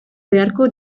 beharko